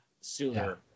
sooner